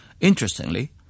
Interestingly